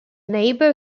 neighbour